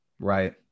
Right